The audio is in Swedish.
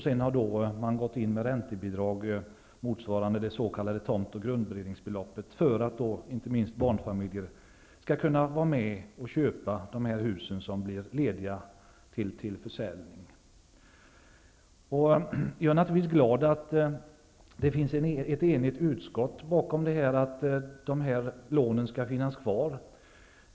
Sedan har man gått in med räntebidrag, motsvarande det s.k. tomt och grundberedningsbeloppet för att inte minst barnfamiljerna skall kunna köpa hus som blir lediga till försäljning. Jag är naturligtvis glad att ett enigt utskott står bakom förslaget att dessa lån skall finnas kvar.